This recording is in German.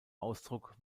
ausdruck